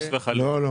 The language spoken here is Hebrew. ממש לא.